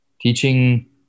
teaching